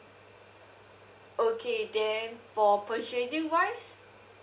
okay then for purchasing wise